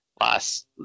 last